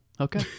okay